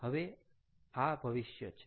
હવે આ ભવિષ્ય છે